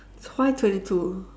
why twenty two